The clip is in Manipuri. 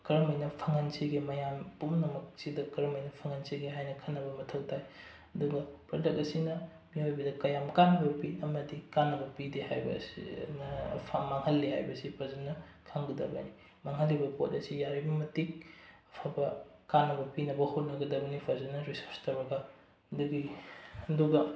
ꯀꯔꯝ ꯍꯥꯏꯅ ꯐꯪꯍꯟꯁꯤꯒꯦ ꯃꯌꯥꯝ ꯄꯨꯝꯅꯃꯛꯁꯤꯗ ꯀꯔꯝ ꯍꯥꯏꯅ ꯐꯪꯍꯟꯁꯤꯒꯦ ꯍꯥꯏꯅ ꯈꯟꯅꯕ ꯃꯊꯧ ꯇꯥꯏ ꯑꯗꯨꯒ ꯄ꯭ꯔꯗꯛ ꯑꯁꯤꯅ ꯃꯤꯑꯣꯏꯕꯗ ꯀꯌꯥꯝ ꯀꯥꯟꯅꯕ ꯄꯤ ꯑꯃꯗꯤ ꯀꯥꯟꯅꯕ ꯄꯤꯗꯦ ꯍꯥꯏꯕ ꯑꯁꯤ ꯃꯥꯡꯍꯜꯂꯤ ꯍꯥꯏꯕꯁꯤ ꯐꯖꯅ ꯈꯪꯒꯁꯕꯅꯤ ꯃꯥꯡꯍꯜꯂꯤꯕ ꯄꯣꯠ ꯑꯁꯤ ꯌꯥꯔꯤꯕ ꯃꯇꯤꯛ ꯑꯐꯕ ꯀꯥꯟꯅꯕ ꯄꯤꯅꯕ ꯍꯣꯠꯅꯒꯗꯕꯅꯤ ꯐꯖꯅ ꯔꯤꯁꯥꯔ꯭ꯁ ꯇꯧꯔꯒ ꯑꯗꯨꯒꯤ ꯑꯗꯨꯒ